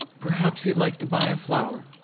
perhaps you'd like to buy a flower?